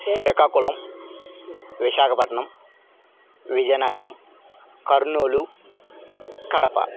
Srikakulam Visakhapatnam Vizianagaram Kurnool Kadapa